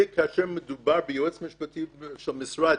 וכאשר מדובר ביועץ משפטי של משרד,